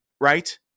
right